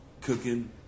cooking